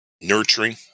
nurturing